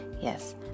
Yes